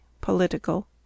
Political